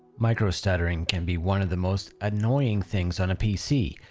micro stuttering can be one of the most annoying things on a pc.